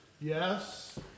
Yes